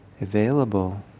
available